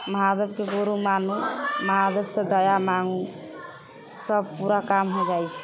महादेवके गुरु मानू महादेवसँ दया माँगू सब पूरा काम हो जाइ छै